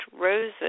roses